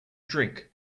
drink